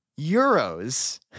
euros